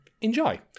enjoy